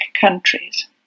countries